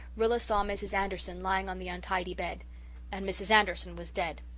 rilla saw mrs. anderson lying on the untidy bed and mrs. anderson was dead.